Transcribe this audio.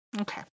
Okay